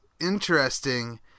interesting